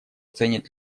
ценит